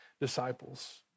disciples